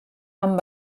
amb